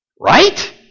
Right